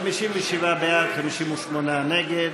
57 בעד, 58 נגד.